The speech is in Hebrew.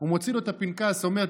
הוא מוציא לו את הפנקס ואומר,